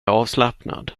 avslappnad